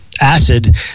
acid